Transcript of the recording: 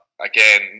again